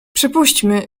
przypuśćmy